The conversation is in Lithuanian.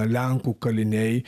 lenkų kaliniai